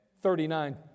thirty-nine